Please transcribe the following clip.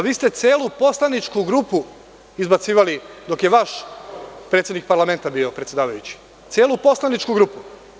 Vi ste celu poslaničku grupu izbacivali dok je vaš predsednik parlamenta bio predsedavajući, celu poslaničku grupu.